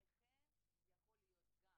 הנכה יכול להיות גם